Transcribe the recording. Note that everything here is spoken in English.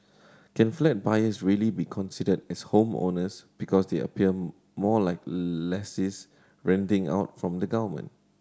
can flat buyers really be considered as homeowners because they appear more like lessees renting out from the government